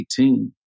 2018